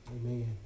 Amen